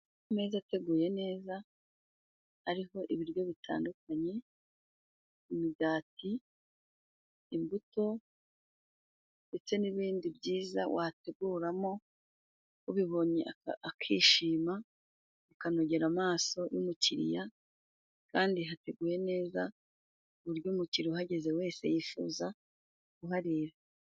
Ameza ateguye neza ariho ibiryo bitandukanye: imigati ,imbuto ndetse n'ibindi byiza wateguramo ubibonye akishima ukanogera amaso y'umukiriya kandi hateguye neza kuburyo umukiriya uhageze wese yifuza kuharira.